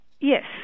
yes